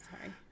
Sorry